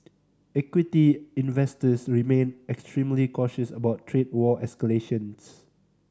equity investors remain extremely cautious about trade war escalations